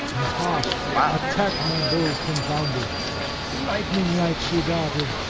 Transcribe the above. and harsh attacked my bulls confounded lightning-like she darted,